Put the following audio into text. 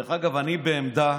דרך אגב, אני בעמדה